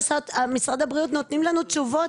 משרד הבריאות נותנים לנו תשובות,